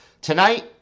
tonight